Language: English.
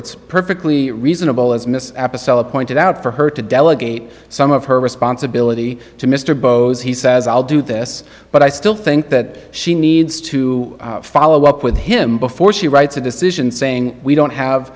it's perfectly reasonable as miss apicella pointed out for her to delegate some of her responsibility to mr bowes he says i'll do this but i still think that she needs to follow up with him before she writes a decision saying we don't have